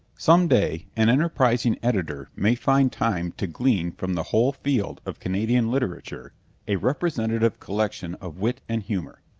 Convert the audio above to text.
some day an enterprising editor may find time to glean from the whole field of canadian literature a representative collection of wit and humour.